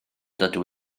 dydw